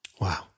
Wow